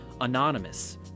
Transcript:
anonymous